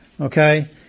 okay